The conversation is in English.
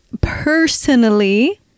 personally